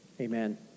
Amen